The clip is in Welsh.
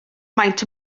maent